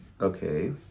okay